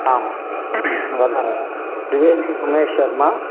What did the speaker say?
आं वदामि त्रिवेदि उमेश्शर्मा